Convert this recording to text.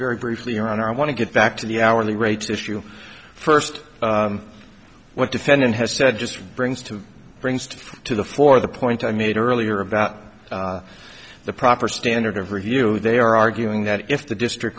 very briefly your honor i want to get back to the hourly rates issue first what defendant has said just brings to bring to the fore the point i made earlier about the proper standard of review they are arguing that if the district